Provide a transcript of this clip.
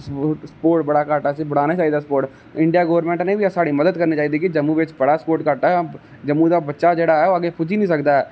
sport बड़ा घट्ट ऐ आसेगी बढाना चाहिदा स्पोट इंडिया गवर्नमेंट ने बी साढ़ी मदद करनी चाहिदी कि जम्मू बिच बड़ा स्पोट घट्ट ऐ जम्मू दा बच्चा जेहड़ा ऐ ओह् अग्गै पुजी नेईं सकदा ऐ